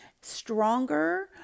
stronger